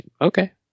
Okay